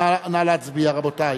נא להצביע, רבותי.